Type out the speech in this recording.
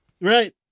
Right